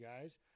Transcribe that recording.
guys